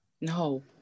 No